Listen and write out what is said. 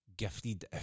gifted